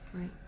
Right